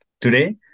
Today